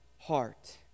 heart